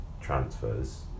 transfers